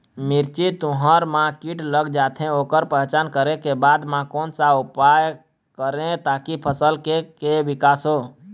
मिर्ची, तुंहर मा कीट लग जाथे ओकर पहचान करें के बाद मा कोन सा उपाय करें ताकि फसल के के विकास हो?